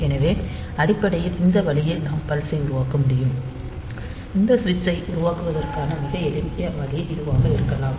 எனவே அடிப்படையில் இந்த வழியில் நாம் பல்ஸ் ஐ உருவாக்க முடியும் இந்த சுவிட்சை உருவாக்குவதற்கான மிக எளிய வழி இதுவாக இருக்கலாம்